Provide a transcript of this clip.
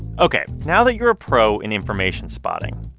ok. now that you're a pro in information spotting,